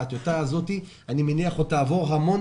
אני מניח שהטיוטה הזו עוד תעבור המון